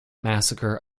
massacre